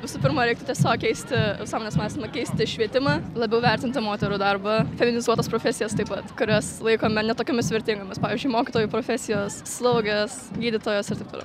visų pirma reiktų teisiog keisti visuomenės mąstymą keisti švietimą labiau vertinti moterų darbą organizuotas profesijas taip pat kurias laikome ne tokiomis vertingomis pavyzdžiui mokytojų profesijos slaugės gydytojos ir taip toliau